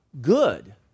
good